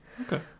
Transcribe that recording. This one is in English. Okay